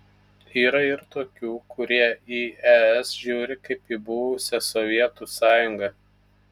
yra ir tokių kurie į es žiūri kaip į buvusią sovietų sąjungą